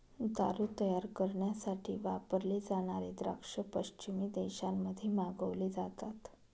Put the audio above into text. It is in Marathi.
दारू तयार करण्यासाठी वापरले जाणारे द्राक्ष पश्चिमी देशांमध्ये मागवले जातात